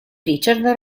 richard